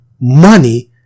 money